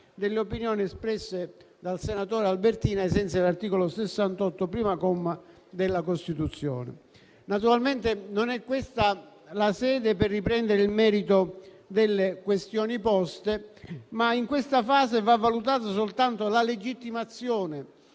delle opinioni espresse dal senatore Albertini, ai sensi dell'articolo 68, primo comma, della Costituzione. Naturalmente non è questa la sede per riprendere il merito delle questioni poste, ma in questa fase deve essere valutata soltanto la legittimazione